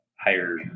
higher